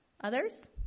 Others